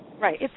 Right